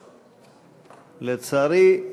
לצערי,